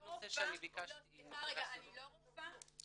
נושא שאני ביקשתי -- אני לא רופאה,